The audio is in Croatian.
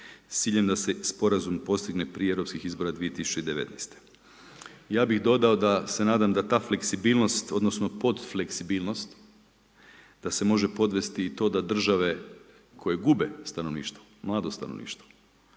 ciljem da se Sporazum postigne prije europskih izbora 2019. Ja bih dodao da se nadam da ta fleksibilnost odnosno podfleksibilnost, da se može podvesti i to da države koje gube stanovništvo, mlado stanovništvo,